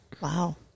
Wow